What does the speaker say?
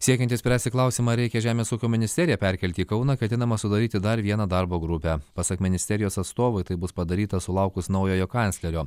siekiant išspręsti klausimą ar reikia žemės ūkio ministeriją perkelti į kauną ketinama sudaryti dar vieną darbo grupę pasak ministerijos atstovai tai bus padaryta sulaukus naujojo kanclerio